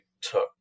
took